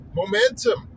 momentum